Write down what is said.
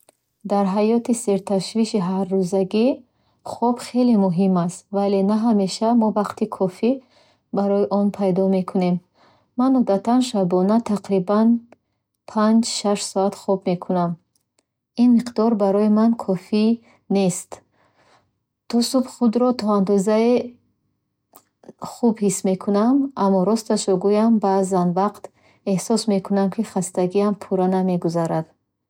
Дар ҳаёти серташвиши ҳаррӯзагӣ, хоб хеле муҳим аст, вале на ҳамеша мо вақти кофӣ барои он пайдо мекунем. Ман одатан шабона тақрибан панҷ- шаш соат хоб мекунам. Ин миқдор барои ман кофи нест. То субҳ худро то андозае хуб ҳис кунам, аммо росташро гӯям, баъзан вақт эҳсос мекунам, ки хастагиам пурра намегузарад.